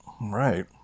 Right